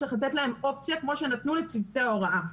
צריך לתת להם אופציה כמו שנתנו לצוותי ההוראה.